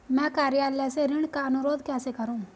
मैं कार्यालय से ऋण का अनुरोध कैसे करूँ?